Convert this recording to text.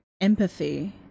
empathy